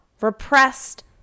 repressed